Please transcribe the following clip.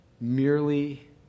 merely